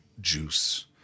juice